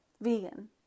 vegan